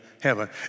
heaven